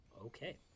okay